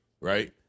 right